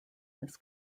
this